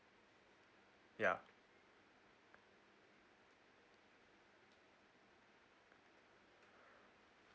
ya